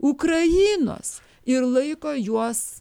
ukrainos ir laiko juos